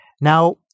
Now